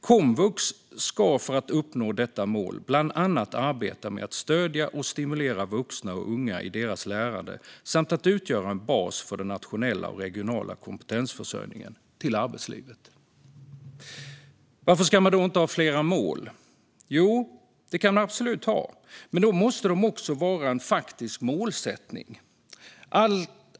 Komvux ska för att uppnå detta mål bland annat arbeta med att stödja och stimulera vuxna och unga i deras lärande utgöra en bas för den nationella och regionala kompetensförsörjningen till arbetslivet." Varför ska man då inte ha flera mål? Jo, det kan man absolut ha, men då måste de också vara en faktisk målsättning.